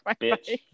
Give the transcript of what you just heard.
bitch